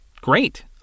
great